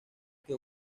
que